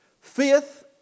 Fifth